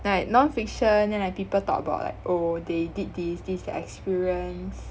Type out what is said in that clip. like non-fiction then like people talk about like oh they did this this is their experience